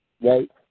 right